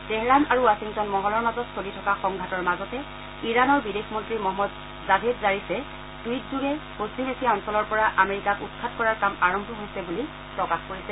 Tehran আৰু ৱাথিংটন মহলৰ মাজত চলি থকা সংঘাটৰ মাজতে ইৰাণৰ বিদেশ মন্ত্ৰী মহম্মদ জাভেদ জাৰিফে টুইটযোগে পশ্চিম এচিয়া অঞ্চল পৰা আমেৰিকাক উৎখাত কৰাৰ কাম আৰম্ভ হৈছে বুলি প্ৰকাশ কৰিছে